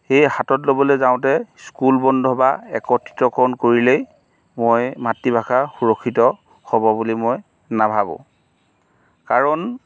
সেই হাতত ল'বলৈ যাওঁতে স্কুল বন্ধ বা একত্ৰিতকৰণ কৰিলেই মই মাতৃভাষা সুৰক্ষিত হ'ব বুলি মই নাভাবোঁ কাৰণ